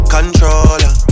Controller